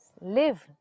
Live